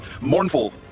Mournful